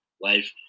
life